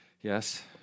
Yes